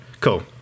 Cool